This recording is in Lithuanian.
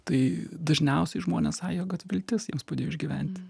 tai dažniausiai žmonės sakė kad viltis jiems padėjo išgyventi